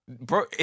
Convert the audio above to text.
Bro